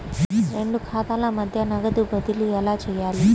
రెండు ఖాతాల మధ్య నగదు బదిలీ ఎలా చేయాలి?